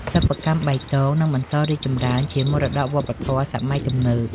សិប្បកម្មបៃតងនឹងបន្តរីកចម្រើនជាមរតកវប្បធម៌សម័យទំនើប។